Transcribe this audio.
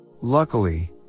Luckily